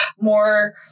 more